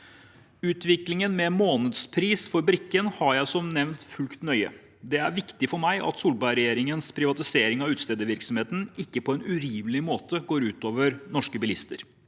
Utviklingen med månedspris for brikken har jeg som nevnt fulgt nøye. Det er viktig for meg at Solberg-regjeringens privatisering av utstedervirksomheten ikke på en urimelig måte går ut over norske bilister.